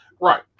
Right